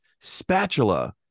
spatula